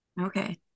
okay